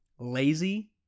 lazy